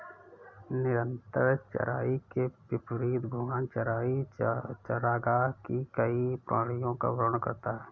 निरंतर चराई के विपरीत घूर्णन चराई चरागाह की कई प्रणालियों का वर्णन करता है